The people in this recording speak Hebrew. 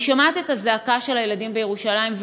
אני שומעת את הזעקה של הילדים בירושלים,